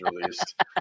released